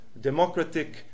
democratic